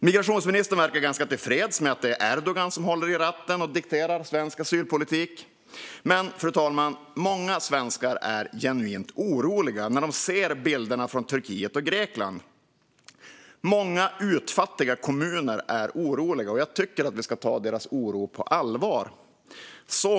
Migrationsministern verkar ganska tillfreds med att det är Erdogan som håller i ratten och dikterar svensk asylpolitik, men, fru talman, många svenskar blir genuint oroliga när de ser bilderna från Turkiet och Grekland. Många utfattiga kommuner är oroliga, och jag tycker att vi ska ta deras oro på allvar.